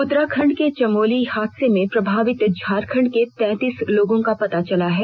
उत्तराखंड के चमोली हादसा में प्रभावित झारखंड के तैतीस लोगों का पता चल गया है